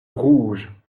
rouge